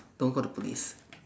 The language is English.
don't call the police